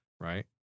right